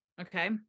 okay